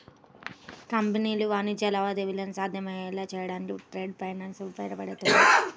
కంపెనీలు వాణిజ్య లావాదేవీలను సాధ్యమయ్యేలా చేయడానికి ట్రేడ్ ఫైనాన్స్ ఉపయోగపడుతుంది